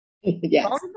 yes